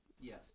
Yes